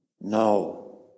no